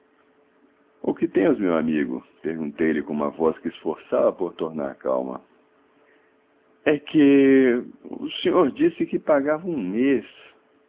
o que temos meu amigo perguntei-lhe com uma voz que esforçava por ter calma é que o senhor disse que pagava um mês